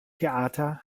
theater